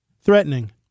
threatening